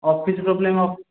office problem